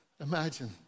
Imagine